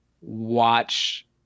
watch